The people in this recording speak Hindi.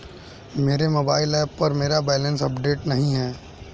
मेरे मोबाइल ऐप पर मेरा बैलेंस अपडेट नहीं है